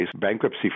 bankruptcy